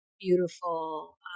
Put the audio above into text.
beautiful